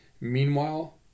Meanwhile